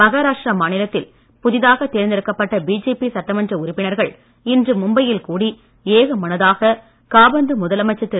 மஹாராஷ்டிரா மாநிலத்தில் புதிதாக இதற்கிடையே தேர்ந்தெடுக்கப்பட்ட பிஜேபி சட்டமன்ற உறுப்பினர்கள் இன்று மும்பையில் கூடி ஏகமனதாக காபந்து முதலமைச்சர் திரு